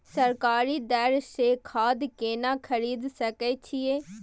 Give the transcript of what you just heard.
सरकारी दर से खाद केना खरीद सकै छिये?